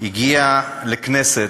הגיעה לכנסת,